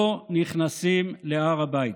לא נכנסים להר הבית.